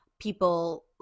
people